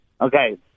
Okay